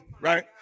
Right